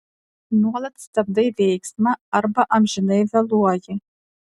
nuolat stabdai veiksmą arba amžinai vėluoji